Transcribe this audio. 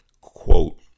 quote